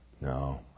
No